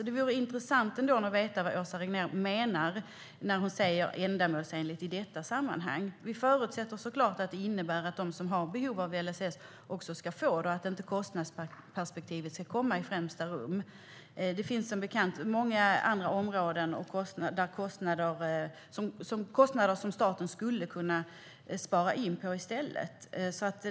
Det vore intressant att veta vad Åsa Regnér menar när hon säger "ändamålsenligt" i detta sammanhang. Vi förutsätter såklart att det innebär att de som har behov av LSS också ska få det och att inte kostnadsperspektivet ska komma i främsta rummet. Det finns som bekant många andra kostnader som staten skulle kunna spara in på i stället.